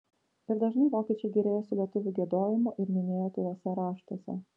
ir dažnai vokiečiai gėrėjosi lietuvių giedojimu ir minėjo tūluose raštuose